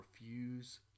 refuse